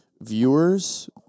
viewers